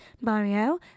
Mario